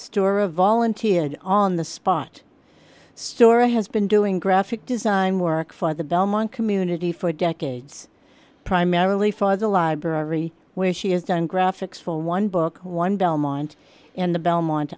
store a volunteered on the spot stora has been doing graphic design work for the belmont community for decades primarily for the library where she has done graphics for one book one belmont and the belmont